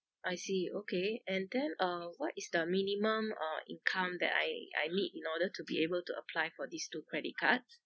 I see okay and then uh what is the minimum uh income that I I need in order to be able to apply for these two credit cards